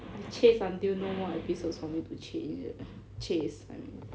I chase until no more episodes for me to change eh chase I mean